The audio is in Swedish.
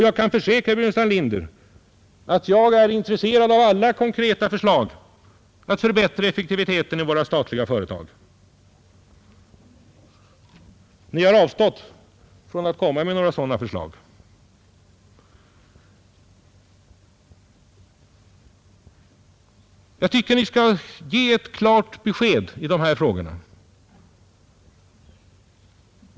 Jag kan försäkra herr Burenstam Linder att jag är intresserad av alla konkreta förslag att förbättra effektiviteten i våra statliga företag. Ni har avstått från att framlägga sådana förslag, men jag tycker att Ni skall ge ett klart besked i dessa frågor.